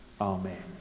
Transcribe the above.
amen